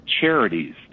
Charities